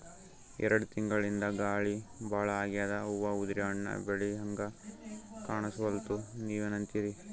ಎರೆಡ್ ತಿಂಗಳಿಂದ ಗಾಳಿ ಭಾಳ ಆಗ್ಯಾದ, ಹೂವ ಉದ್ರಿ ಹಣ್ಣ ಬೆಳಿಹಂಗ ಕಾಣಸ್ವಲ್ತು, ನೀವೆನಂತಿರಿ?